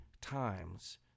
times